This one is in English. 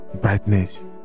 brightness